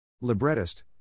Librettist